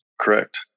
Correct